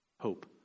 Hope